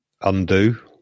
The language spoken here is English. undo